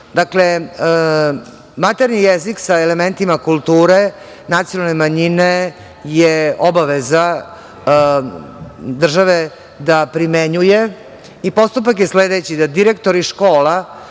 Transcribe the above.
Dakle, maternji jezik sa elementima kulture nacionalne manjine je obaveza države da primenjuje i postupak je sledeći da direktori škola